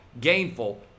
Gainful